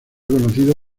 conocido